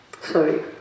Sorry